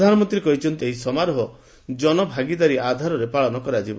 ପ୍ରଧାନମନ୍ତ୍ରୀ କହିଛନ୍ତି ଏହି ସମାରୋହ ଜନଭାଗିଦାରୀ ଆଧାରରେ କରାଯିବ